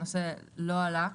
הנושא לא עלה,